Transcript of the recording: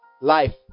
life